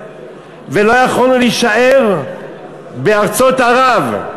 ולא יכולנו להישאר בארצות ערב,